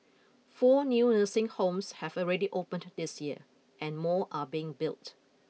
four new nursing homes have already opened this year and more are being built